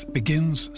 begins